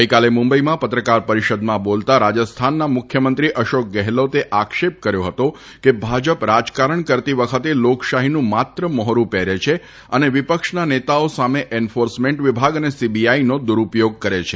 ગઇકાલે મુંબઇમાં પત્રકાર પરીષદમાં બોલતાં રાજસ્થાનના મુખ્યમંત્રી અશોક ગેહલોતે આક્ષેપ કર્યો હતો કે ભાજપ રાજકારણ કરતી વખતે લોકશાહીનુ માત્ર મોહરુ પહેરે છે અને વિપક્ષના નેતાઓ સામે એનફોર્સમેન્ટ વિભાગ અને સીબીઆઇનો દુરૃપયોગ કરે છે